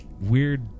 weird